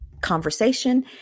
conversation